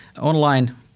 Online